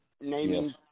naming